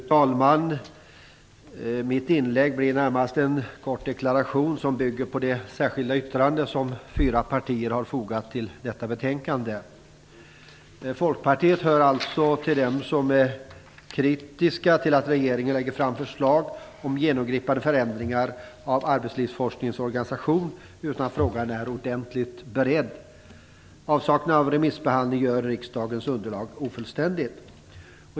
Fru talman! Mitt inlägg blir närmast en kort deklaration, som bygger på det särskilda yttrande som fyra partier har fogat vid detta betänkande. Folkpartiet hör till dem som är kritiska till att regeringen lägger fram förslag om genomgripande förändringar av arbetslivsforskningens organisation utan att frågan är ordentligt beredd. Avsaknaden av remissbehandling gör riksdagens underlag ofullständigt.